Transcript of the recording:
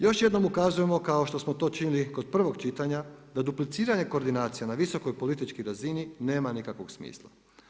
Još jednom ukazujemo kao što smo to činili kod prvog čitanja da dupliciranje koordinacija na visokoj političkoj razini nema nikakvog smisla.